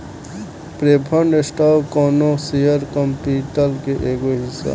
preferred stock कौनो share capital के एगो हिस्सा ह